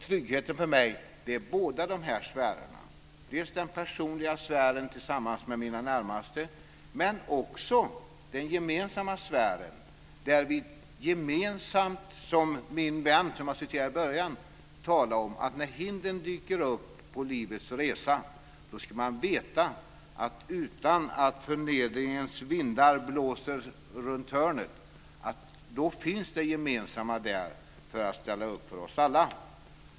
Tryggheten innefattar för mig två sfärer: dels den personliga sfären tillsammans med mina närmaste, dels den gemensamma sfären. Som min vän som jag citerade i inledningsanförandet sade: När hinder dyker upp på livets resa, då ska man veta att utan att förnedringens vindar blåser runt hörnet finns det gemensamma där för att ställa upp för oss alla.